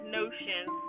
notions